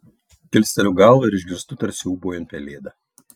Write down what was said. kilsteliu galvą ir išgirstu tarsi ūbaujant pelėdą